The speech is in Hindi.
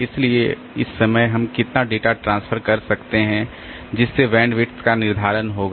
इसलिए इस समय हम कितना डेटा ट्रांसफर कर सकते हैं जिससे बैंडविड्थ का निर्धारण होगा